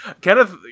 Kenneth